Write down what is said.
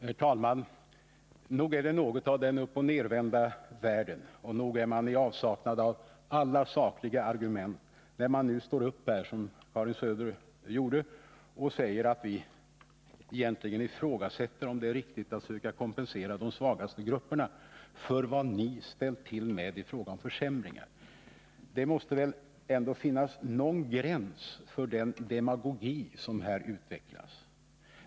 Herr talman! Nog är det något av den uppoch nervända världen, och nog är man i avsaknad av alla sakliga argument, när man står upp här som Karin Söder gjorde och säger att vi egentligen ifrågasätter om det är riktigt att söka kompensera de svagaste grupperna för vad ni ställt till med i fråga om försämringar. Det måste väl ändå finnas någon gräns för den demagogi som här utvecklas.